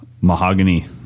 mahogany